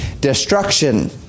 destruction